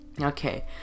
Okay